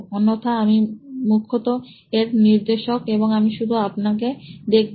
অন্যথা আপনি মুখ্যত এর নির্দে শক এবং আমি শুধ আপনাকে দেখাবো